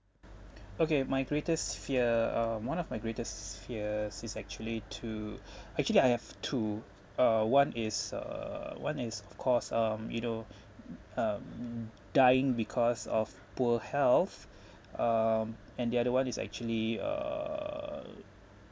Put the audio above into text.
okay my greatest fear uh one of my greatest fear is actually to actually I have two uh one is uh one is of course um you know um dying because of poor health um and the other one is I actually err